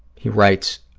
he writes,